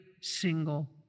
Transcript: single